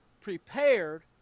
prepared